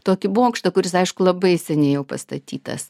tokį bokštą kuris aišku labai seniai jau pastatytas